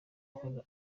ahora